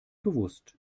bewusst